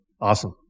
Awesome